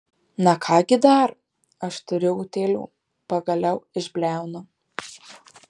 na ką gi dar aš turiu utėlių pagaliau išbliaunu